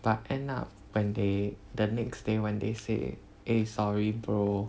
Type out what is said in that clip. but end up when they the next day when they say eh sorry bro